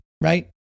right